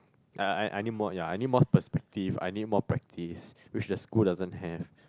I I I I need more ya I need more perspective I need more practice which the school doesn't have